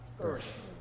earth